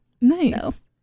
nice